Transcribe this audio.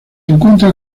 encuentra